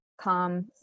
come